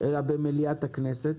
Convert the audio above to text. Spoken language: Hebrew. אלא במליאת הכנסת.